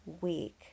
week